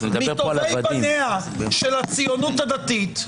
מטובי בניה של הציונות הדתית,